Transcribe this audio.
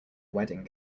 wedding